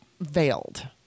veiled